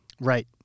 Right